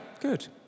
good